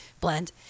blend